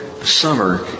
summer